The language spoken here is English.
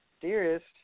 dearest